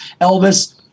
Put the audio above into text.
Elvis –